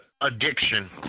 addiction